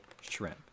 shrimp